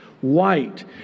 White